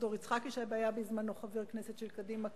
אביגדור יצחקי שהיה בזמנו חבר כנסת של קדימה,